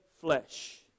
flesh